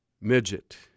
midget